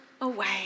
away